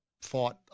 fought